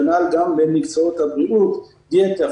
כנ"ל גם במקצועות הבריאות: דיאטה,